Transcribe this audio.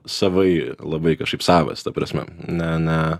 savaip labai kažkaip savas ta prasme na na